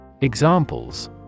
Examples